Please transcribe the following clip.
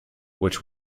which